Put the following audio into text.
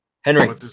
Henry